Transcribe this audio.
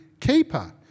keeper